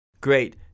Great